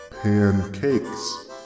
pancakes